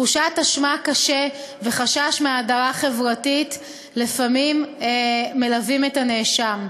תחושת אשמה קשה וחשש מהדרה חברתית לפעמים מלווים את הנפגע.